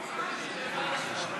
יש רעש כזה שאני